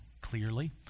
clearly